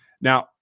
Now